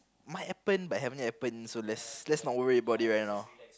might happen might have happened so let's let's not worry about it right now